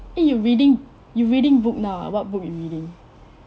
eh you reading you reading book now what book reading